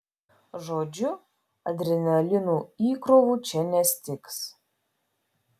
žodžiu adrenalino įkrovų čia nestigs